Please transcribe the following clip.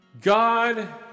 God